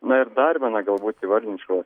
na ir dar vieną galbūt įvardinčiau